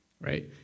right